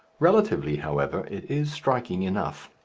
relatively, however, it is striking enough.